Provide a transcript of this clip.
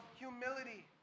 humility